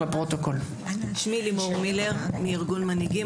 אני מארגון מנהיגים.